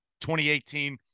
2018